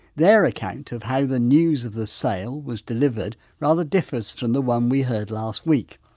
their account of how the news of the sale was delivered rather differs from the one we heard last week.